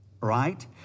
right